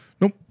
Nope